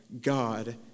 God